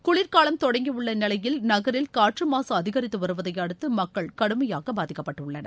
குளிர்காலம் தொடங்கியுள்ள நிலையில் நகரில் காற்றின் மாசு அதிகரித்து வருவதை அடுத்து மக்கள் கடுமையாக பாதிக்கப்பட்டுள்ளனர்